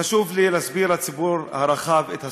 חשוב לי להסביר לציבור הרחב את הסוגיה.